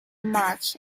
match